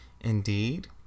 indeed